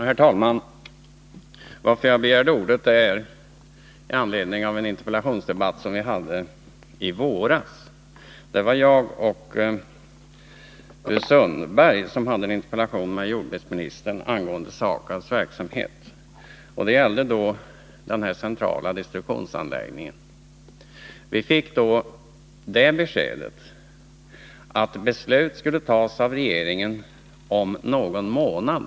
Herr talman! Jag har begärt ordet i denna debatt med anledning av en interpellationsdebatt som Ingrid Sundberg och jag hade med jordbruksministern i våras angående SAKAB:s verksamhet. Det gällde då den centrala destruktionsanläggningen. Vi fick då det beskedet att beslut skulle fattas av regeringen om någon månad.